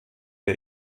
der